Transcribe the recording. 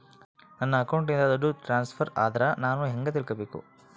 ನನ್ನ ಅಕೌಂಟಿಂದ ದುಡ್ಡು ಟ್ರಾನ್ಸ್ಫರ್ ಆದ್ರ ನಾನು ಹೆಂಗ ತಿಳಕಬೇಕು?